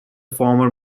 former